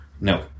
No